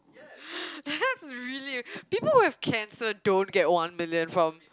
that's really people would have cancelled don't get one million from